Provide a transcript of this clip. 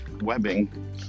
webbing